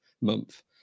month